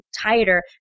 tighter